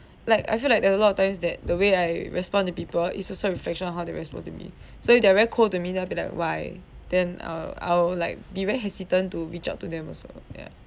like I feel like there were a lot of times that the way I respond to people is also a reflection of how they respond to me so if they're very cold to me then I'll be like why then err I'll like be very hesitant to reach out to them also ya